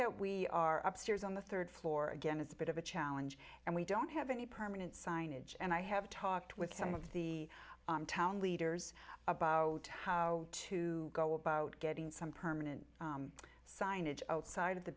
that we are upstairs on the third floor again is a bit of a challenge and we don't have any permanent signage and i have talked with some of the town leaders about how to go about getting some permanent signage outside of the